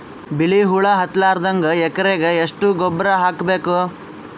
ಬಿಳಿ ಹುಳ ಹತ್ತಲಾರದಂಗ ಎಕರೆಗೆ ಎಷ್ಟು ಗೊಬ್ಬರ ಹಾಕ್ ಬೇಕು?